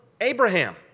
Abraham